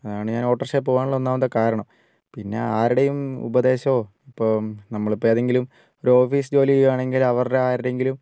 അതാണ് ഞാൻ ഓട്ടോറിക്ഷയിൽ പോകാനുള്ള ഒന്നാമത്തെ കാരണം പിന്നെ ആരുടേയും ഉപദേശമോ ഇപ്പം നമ്മളിപ്പം ഏതെങ്കിലും ഒരു ഓഫീസ് ജോലി ചെയ്യുകയാണെങ്കിൽ അവരുടെ ആരുടെയെങ്കിലും